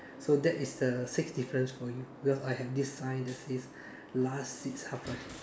so that is the sixth difference for you because I have this sign that says last seats half price